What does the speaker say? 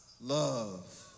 love